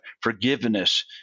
forgiveness